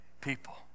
people